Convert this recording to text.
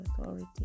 authority